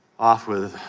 off with